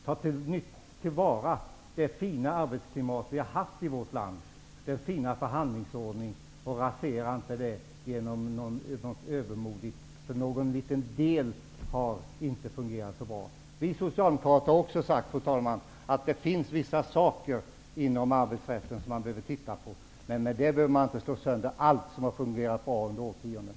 Ta till vara det fina arbetsklimat som vi har haft i vårt land, den fina förhandlingsordningen! Rasera inte detta för att någon liten del inte har fungerat så bra! Fru talman! Vi socialdemokrater har också sagt att det finns vissa delar inom arbetsrätten som man behöver titta på. Men i och med det behöver man inte slå sönder allt som har fungerat bra under årtionden.